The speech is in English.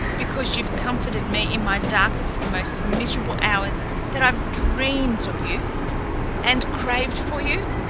because you've comforted me in my darkest, most miserable hours that i've dreamed of you and craved for you?